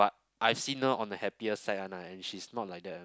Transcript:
but I seen her on a happier side one lah and she's not like that